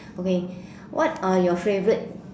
okay what are your favourite